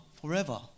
forever